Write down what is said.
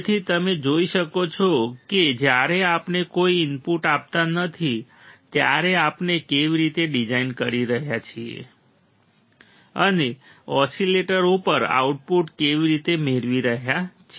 તેથી તમે જોઈ શકો છો કે જ્યારે આપણે કોઈ ઇનપુટ આપતા નથી ત્યારે આપણે કેવી રીતે ડિઝાઇન કરી રહ્યા છીએ અને ઑસિલેટર ઉપર આઉટપુટ કેવી રીતે મેળવી રહ્યા છીએ